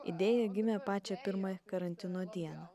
idėja gimė pačią pirmą karantino dieną